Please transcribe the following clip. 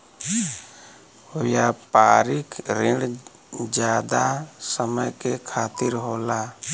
व्यापारिक रिण जादा समय के खातिर होला